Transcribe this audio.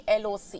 LOC